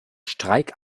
streik